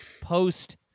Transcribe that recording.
post